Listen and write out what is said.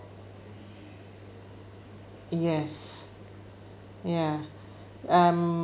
yes ya um